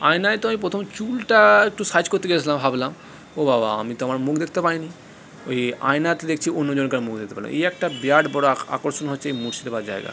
আয়নায় তো আমি প্রথমে চুলটা একটু সাইজ করতে গেছিলাম ভাবলাম ও বাবা আমি তো আমার মুখ দেখতে পাই নি ওই আয়নাতে দেখছি অন্য জনকার মুখ দেখতে পারলাম এই একটা বিরাট বড়ো আকর্ষণ হচ্ছে এই মুর্শিদাবাদ জায়গা